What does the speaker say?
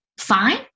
fine